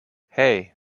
hey